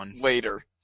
later